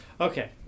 Okay